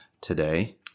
today